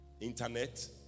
internet